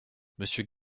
monsieur